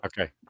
Okay